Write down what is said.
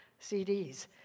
CDs